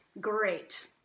Great